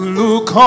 look